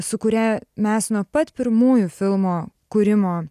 su kuria mes nuo pat pirmųjų filmo kūrimo